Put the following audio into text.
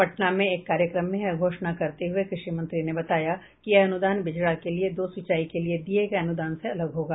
पटना में एक कार्यक्रम में यह घोषणा करते हुए कृषि मंत्री ने बताया कि यह अनुदान बिचड़ा के लिए दो सिंचाई के लिए दिये गये अनुदान से अलग होगा